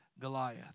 Goliath